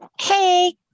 Hey